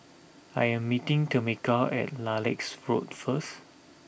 I am meeting Tameka at Lilacs Road first